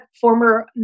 former